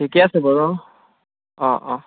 ঠিকে আছে বাৰু অঁ অঁ